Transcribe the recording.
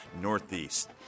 Northeast